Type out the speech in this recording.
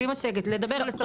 בלי מצגת, רק לדבר.